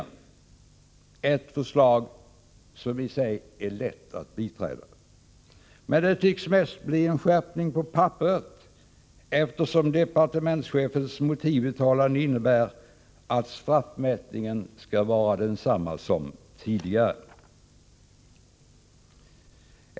Det är ett förslag som är lätt att biträda. Tyvärr tycks det mest bli en skärpning på papperet, eftersom departementschefens motivuttalande innebär att straffmätningen skall vara densamma som tidigare.